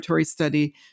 study